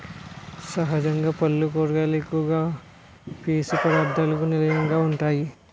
సహజంగా పల్లు కూరగాయలలో ఎక్కువ పీసు పధార్ధాలకు నిలయంగా వుంటాయి